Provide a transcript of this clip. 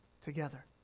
together